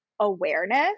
awareness